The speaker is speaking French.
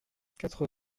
quatre